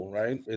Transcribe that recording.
right